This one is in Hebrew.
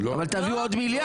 אבל תביאו עוד מיליארד -- לא,